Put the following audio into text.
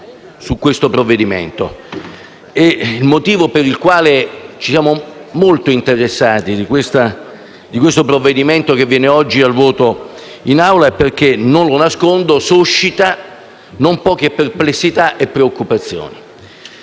Il motivo per il quale ci siamo interessati molto al testo in esame, che viene oggi al voto in Aula, è perché - non lo nascondo - suscita non poche perplessità e preoccupazioni.